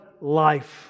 life